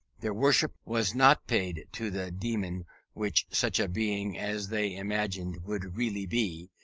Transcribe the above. their worship was not paid to the demon which such a being as they imagined would really be,